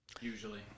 Usually